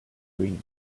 dreams